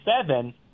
seven